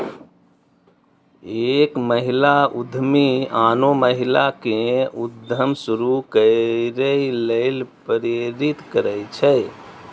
एक महिला उद्यमी आनो महिला कें उद्यम शुरू करै लेल प्रेरित करै छै